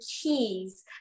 keys